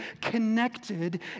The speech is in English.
connected